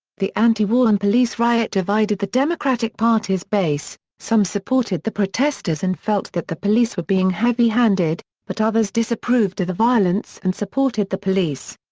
the anti-war and police riot divided the democratic party's base some supported the protestors and felt that the police were being heavy-handed, but others disapproved of the violence and supported the police.